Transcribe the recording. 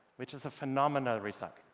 which is a phenomenal result.